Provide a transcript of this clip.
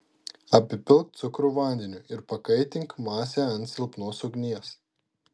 apipilk cukrų vandeniu ir pakaitink masę ant silpnos ugnies